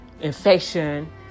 infection